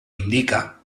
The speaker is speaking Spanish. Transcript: indica